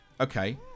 Okay